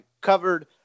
covered